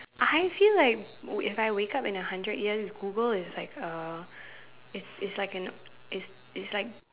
I feel like if I wake up in a hundred years Google is like a it's it's like an it's it's like